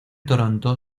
toronto